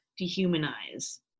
dehumanize